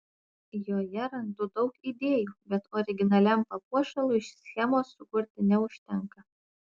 joje randu daug idėjų bet originaliam papuošalui schemos sukurti neužtenka